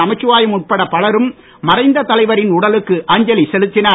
நமச்சிவாயம் உட்பட பலரும் மறைந்த தலைவரின் உடலுக்கு அஞ்சலி செலுத்தினர்